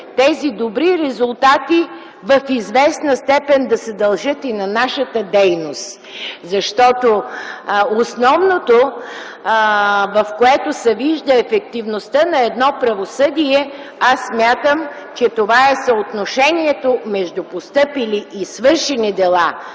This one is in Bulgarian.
тези добри резултати в известна степен да се дължат и на нашата дейност. Защото основното, в което се вижда ефективността на едно правосъдие, е съотношението между постъпили и свършени дела,